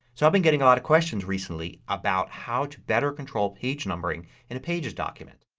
so i've been getting a lot of questions recently about how to better control page numbering in a pages' document.